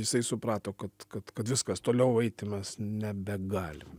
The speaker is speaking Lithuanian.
jisai suprato kad kad kad viskas toliau eiti mes nebegalim